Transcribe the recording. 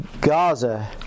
Gaza